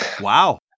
wow